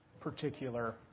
particular